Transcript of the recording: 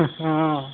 অ